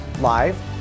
live